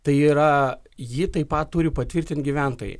tai yra jį taip pat turi patvirtint gyventojai